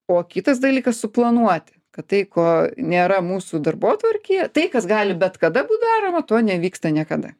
o kitas dalykas suplanuoti kad tai ko nėra mūsų darbotvarkėje tai kas gali bet kada būt daroma to nevyksta niekada